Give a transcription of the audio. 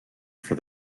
for